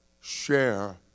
share